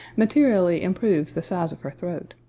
materially improves the size of her throat.